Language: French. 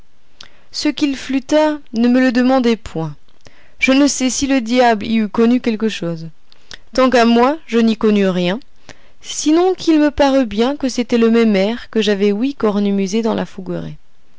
ce qu'il flûta ne me le demandez point je ne sais si le diable y eût connu quelque chose tant qu'à moi je n'y connus rien sinon qu'il me parut bien que c'était le même air que j'avais ouï cornemuser dans la